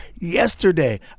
yesterday